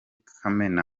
kamena